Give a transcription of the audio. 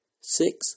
Six